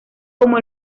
como